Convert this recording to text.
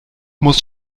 muss